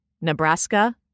Nebraska